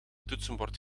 toetsenbord